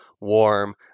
warm